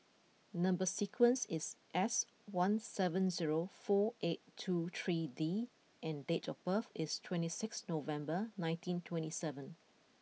number sequence is S one seven zero four eight two three D and date of birth is twenty six November nineteen twenty seven